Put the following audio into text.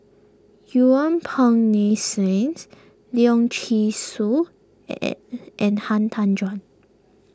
Yuen Peng Neice niece Leong Yee Soo and Han Tan Juan